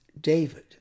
David